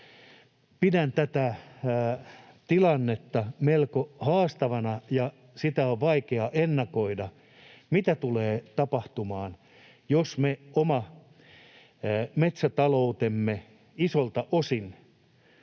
Pidän tätä tilannetta melko haastavana, ja on vaikea ennakoida, mitä tulee tapahtumaan, jos me oman metsätaloutemme isolta osin